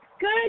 good